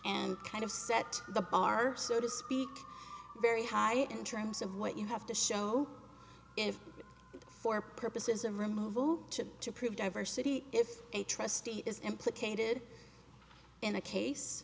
and kind of set the bar so to speak very high in terms of what you have to show if for purposes of removal to to prove diversity is a trustee is implicated in a case